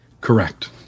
Correct